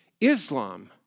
Islam